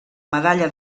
medalla